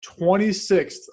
26th